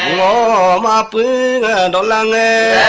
la la la la and la la